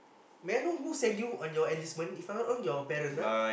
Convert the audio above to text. may I know who send you on your enlistment if I'm not wrong your parents right